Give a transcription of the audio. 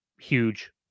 huge